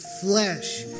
flesh